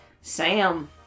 Sam